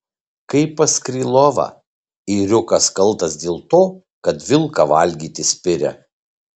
kaip pas krylovą ėriukas kaltas dėl to kad vilką valgyti spiria